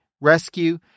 rescue